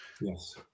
Yes